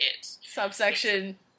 Subsection